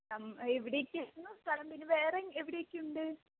നമ്മൾ എവിടെയൊക്കെയായിരുന്നു സ്ഥലം പിന്നെ വേറെ എവിടെയൊക്കെയുണ്ട്